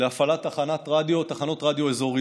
להפעלת תחנות רדיו אזוריות.